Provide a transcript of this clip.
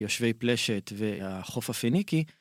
יושבי פלשת והחוף הפניקי.